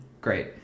Great